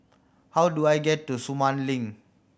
how do I get to Sumang Link